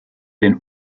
den